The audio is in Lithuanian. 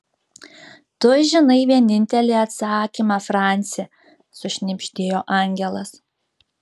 tu žinai vienintelį atsakymą franci sušnibždėjo angelas